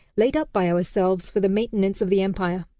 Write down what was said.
laid up by ourselves for the maintenance of the empire.